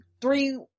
three